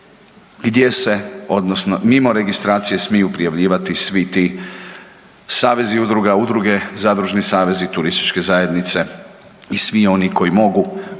gdje se, odnosno mimo registracije smiju prijavljivati svi ti savezi udruga, udruge, zadružni savezi, turističke zajednice i svi oni koji mogu